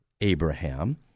Abraham